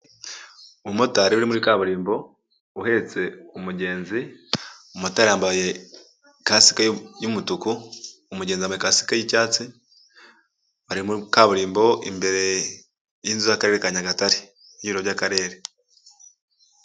Umumotari uri muri kaburimbo, uhetse umugenzi, umumotari yambaye kasike y'umutuku, umugenzi yamabaye kasike y'icyatsi, bari muri kaburimbo imbere y'inzu y'akarere ka Nyagatare y'ibiro by'akarere.